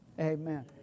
Amen